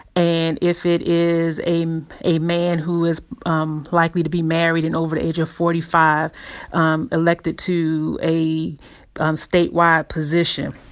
and if it is a a man who is um likely to be married and over the age of forty five um elected to a statewide position,